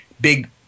big